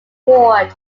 reward